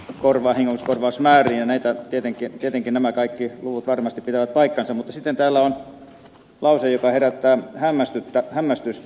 porilainen kokousmääriä vahingonkorvausmääriin ja tietenkin nämä kaikki luvut varmasti pitävät paikkansa mutta sitten täällä on lause joka herättää hämmästystä